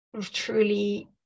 truly